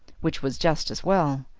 which was just as well.